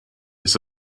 ist